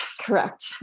correct